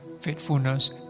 faithfulness